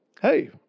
hey